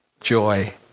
joy